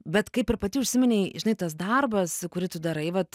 bet kaip ir pati užsiminei žinai tas darbas kurį tu darai vat